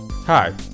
Hi